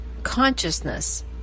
consciousness